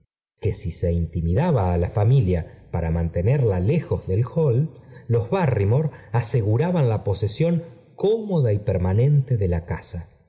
que si se intimidaba á la familia para mantenerla lejos del hall los barrymore aseguraban la posesión cómoda y permanente de la casa